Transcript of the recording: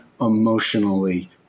emotionally